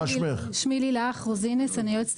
אני שמחה